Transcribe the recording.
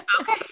Okay